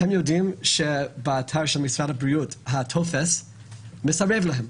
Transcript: אתם יודעים שבאתר של משרד הבריאות הטופס מסרב להם,